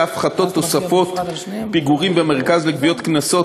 הפחתת תוספות פיגורים במרכז לגביית קנסות,